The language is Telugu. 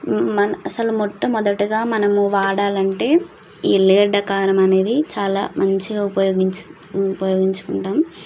మ అసలు మొట్టమొదటిగా మనం వాడాలంటే ఈ ఎల్లిగడ్డ కారం అనేది చాలా మంచిగా ఉపయోగిం ఉపయోగించుకుంటాం